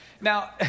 Now